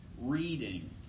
reading